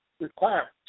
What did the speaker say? requirements